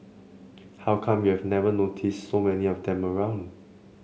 how come you've never noticed so many of them around